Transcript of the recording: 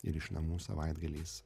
ir iš namų savaitgaliais